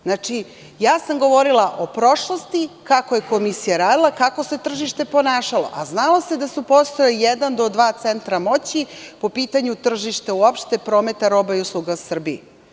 Znači, govorila sam o prošlosti kako je komisija radila, kako se tržište ponašalo, a znalo se da su postojali jedan do dva centra moći po pitanju tržišta uopšte prometa roba i usluga Srbiji.